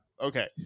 okay